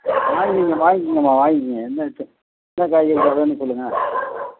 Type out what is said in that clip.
வாங்கிங்கம்மா நீங்கள் வா வாங்கிங்க எல்லாம் இருக்குது என்ன காய்கறி தேவைன்னு சொல்லுங்க